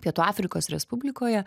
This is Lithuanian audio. pietų afrikos respublikoje